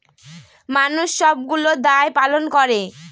মানুষ সবগুলো দায় পালন করে